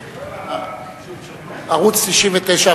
ערוץ-99,